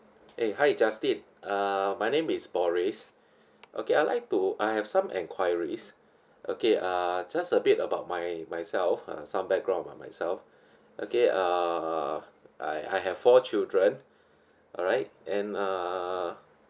eh hi justin uh my name is boris okay I'd like to I have some enquiries okay uh just a bit about my myself uh some background about myself okay uh I I have four children all right and uh